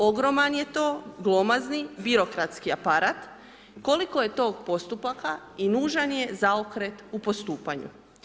Ogroman je to, glomazni, birokratski aparat, koliko je to postupaka i nužan je zaokret u postupanju.